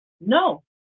No